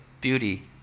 beauty